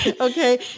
okay